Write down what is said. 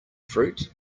fruit